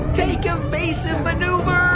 take evasive maneuvers.